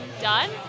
done